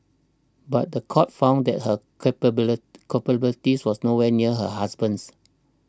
but the court found that her culpability was nowhere near her husband's